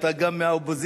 אתה גם מהאופוזיציה,